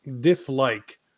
dislike